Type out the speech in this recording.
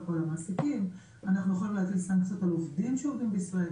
עוד באותו ערב הוצאנו פנייה